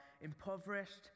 impoverished